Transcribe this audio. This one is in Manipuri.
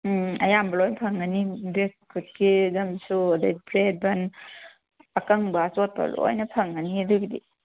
ꯎꯝ ꯑꯌꯥꯝꯕ ꯂꯣꯏ ꯐꯪꯉꯅꯤ ꯕꯦꯁꯀꯨꯠꯀꯤ ꯑꯗꯨꯝ ꯁꯨꯔꯦ ꯕ꯭ꯔꯦꯠ ꯕꯟ ꯑꯀꯪꯕ ꯑꯆꯣꯠꯄ ꯂꯣꯏꯅ ꯐꯪꯉꯅꯤ ꯑꯗꯨꯒꯤꯗꯤ